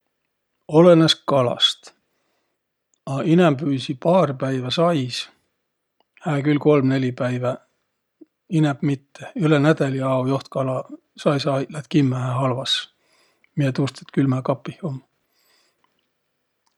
Olõnõs kalast, a inämbüisi paar päivä sias, hää külh, kolm-neli päivä, inämb mitte. Üle nädäli ao joht kala saisa-aiq, lätt kimmähe halvas, miä tuust, et külmäkapih um.